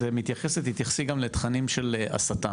מתייחסת תתייחסי גם לתכנים של הסתה,